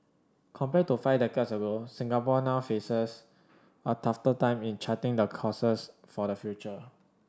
compared to five decades ago Singapore now faces a tougher time in charting the courses for the future